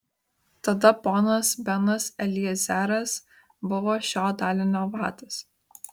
tada ponas benas eliezeras buvo šio dalinio vadas